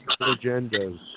agendas